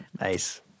Nice